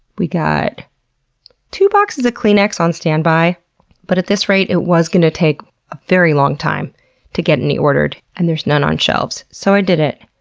we've got two boxes of kleenex on standby but at this rate it was gonna take a very long time to get any ordered, ordered, and there's none on shelves. so i did it.